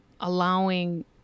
allowing